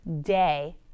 day